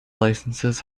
licences